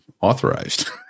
authorized